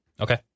Okay